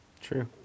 True